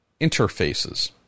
interfaces